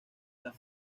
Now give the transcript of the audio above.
las